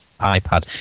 iPad